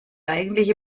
eigentliche